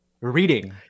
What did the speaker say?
reading